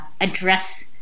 address